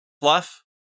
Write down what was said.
fluff